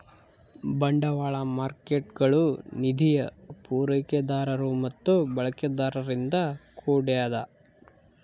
ಬಂಡವಾಳ ಮಾರ್ಕೇಟ್ಗುಳು ನಿಧಿಯ ಪೂರೈಕೆದಾರರು ಮತ್ತು ಬಳಕೆದಾರರಿಂದ ಕೂಡ್ಯದ